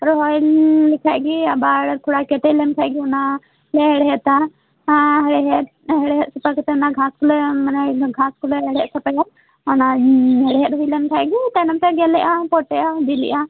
ᱨᱚᱦᱚᱭ ᱞᱮᱠᱷᱟᱱ ᱜᱮ ᱟᱵᱟᱨ ᱛᱷᱲᱟ ᱠᱮᱴᱮᱡ ᱞᱮᱱᱠᱷᱟᱱ ᱜᱮᱞᱮ ᱦᱮᱬᱦᱮᱫᱟ ᱟᱨ ᱦᱮᱬᱦᱮᱫ ᱥᱟᱯᱷᱟ ᱠᱟᱛᱮᱫ ᱚᱱᱟ ᱜᱷᱟᱸᱥ ᱠᱚᱞᱮ ᱢᱟᱱᱮ ᱤᱱᱟᱹ ᱜᱷᱟᱸᱥ ᱠᱚᱞᱮ ᱦᱮᱬᱦᱮᱫ ᱥᱟᱯᱷᱟᱭᱟ ᱚᱱᱟ ᱦᱮᱬᱦᱮᱫ ᱦᱩᱭ ᱞᱮᱱᱠᱷᱟᱱ ᱜᱮ ᱚᱱᱠᱟ ᱚᱱᱠᱟ ᱜᱮᱞᱮᱜᱼᱟ ᱯᱚᱴᱮᱜᱼᱟ ᱵᱤᱞᱤᱜᱼᱟ